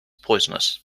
poisonous